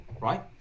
right